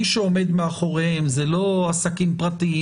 מי שעומד מאחוריהם זה לא עסקים פרטיים